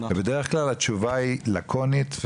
ובדרך כלל התשובה היא לקונית,